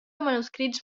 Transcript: manuscrits